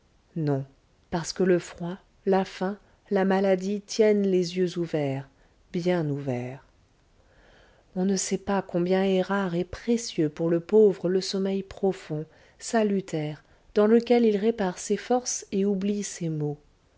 non parce que le froid la faim la maladie tiennent les yeux ouverts bien ouverts on ne sait pas combien est rare et précieux pour le pauvre le sommeil profond salutaire dans lequel il répare ses forces et oublie ses maux